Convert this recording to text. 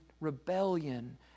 rebellion